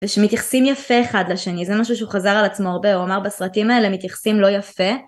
ושמתייחסים יפה אחד לשני זה משהו שהוא חזר על עצמו הרבה הוא אמר "בסרטים האלה מתייחסים לא יפה"